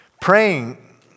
praying